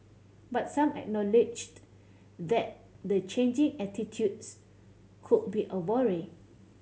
but some acknowledged that the changing attitudes could be a worry